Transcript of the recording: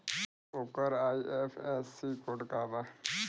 ओकर IFSC code का बा?